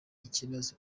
ikibazo